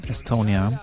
Estonia